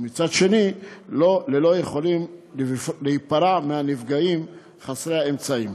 ומצד שני הם לא יכולים להיפרע מנפגעים חסרי האמצעים.